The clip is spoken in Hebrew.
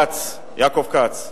ויעקב כץ ואנוכי,